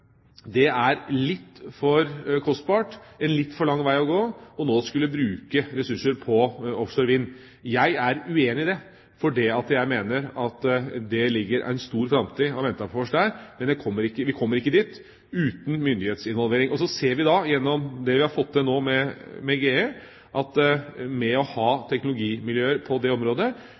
det er litt for kostbart, en litt for lang vei å gå, nå å skulle bruke ressurser på offshorevind. Jeg er uenig i det, fordi jeg mener det ligger en stor framtid og venter på oss der, men vi kommer ikke dit uten myndighetsinvolvering. Så ser vi da gjennom det vi nå har fått til med GE, at ved å ha teknologimiljøer på det området